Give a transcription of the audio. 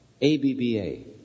A-B-B-A